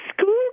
school